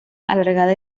alargada